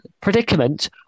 predicament